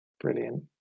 Brilliant